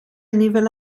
anifail